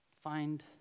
find